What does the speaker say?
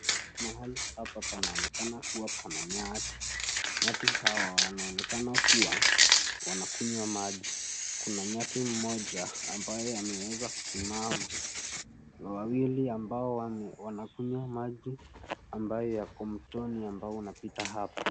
Mahali hapa panaonekana kuwa pana nyati. Nyati hawa wanonekana kuwa wanakunywa maji. Kuna nyati mmoja ambaye ameweza kusimama, wawili ambao wanakunywa maji ambayo yako mtoni ambao unapita hapo.